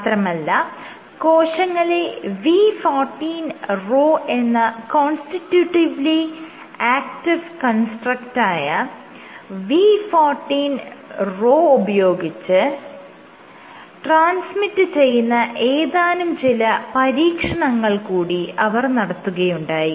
മാത്രമല്ല കോശങ്ങളെ V14 Rho എന്ന കോൺസ്റ്റിറ്റ്യൂട്ടിവ്ലി ആക്റ്റീവ് കൺസ്ട്രക്ടായ V14 Rho ഉപയോഗിച്ച് ട്രാൻസ്മിറ്റ് ചെയ്യുന്ന ഏതാനും ചില പരീക്ഷണങ്ങൾ കൂടി അവർ നടത്തുകയുണ്ടായി